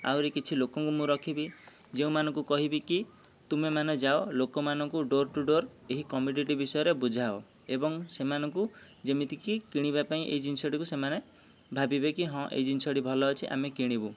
ଆହୁରି କିଛି ଲୋକଙ୍କୁ ମୁଁ ରଖିବି ଯେଉଁମାନଙ୍କୁ କହିବି କି ତୁମେମାନେ ଯାଅ ଲୋକମାନଙ୍କୁ ଡୋର ଟୁ ଡୋର ଏହି କମ୍ମୋଡିଟି ବିଷୟରେ ବୁଝାଅ ଏବଂ ସେମାନଙ୍କୁ ଯେମିତିକି କିଣିବାପାଇଁ ଏଇ ଜିନିଷଟିକୁ ସେମାନେ ଭାବିବେ କି ହଁ ଏଇ ଜିନିଷଟି ଭଲ ଅଛି ଆମେ କିଣିବୁ